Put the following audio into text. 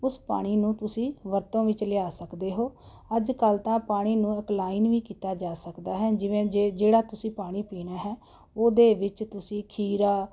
ਉਸ ਪਾਣੀ ਨੂੰ ਤੁਸੀਂ ਵਰਤੋਂ ਵਿੱਚ ਲਿਆ ਸਕਦੇ ਹੋ ਅੱਜ ਕੱਲ੍ਹ ਤਾਂ ਪਾਣੀ ਨੂੰ ਅਕਲਾਈਨ ਵੀ ਕੀਤਾ ਜਾ ਸਕਦਾ ਹੈ ਜਿਵੇਂ ਜੇ ਜਿਹੜਾ ਤੁਸੀਂ ਪਾਣੀ ਪੀਣਾ ਹੈ ਉਹਦੇ ਵਿੱਚ ਤੁਸੀਂ ਖੀਰਾ